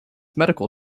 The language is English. medical